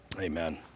Amen